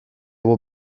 will